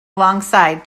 alongside